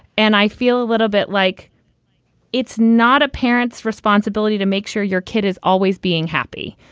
and i feel a little bit like it's not a parent's responsibility to make sure your kid is always being happy.